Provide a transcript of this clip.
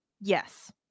Yes